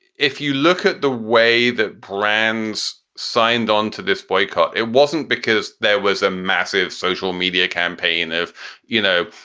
if you look at the way that brands signed on to this boycott, it wasn't because there was a massive social media campaign, if you know,